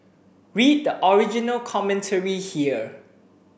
read the original commentary here